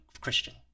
Christian